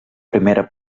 primera